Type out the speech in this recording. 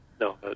No